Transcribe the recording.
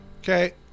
okay